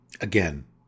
Again